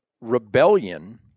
rebellion